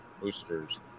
boosters